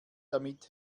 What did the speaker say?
damit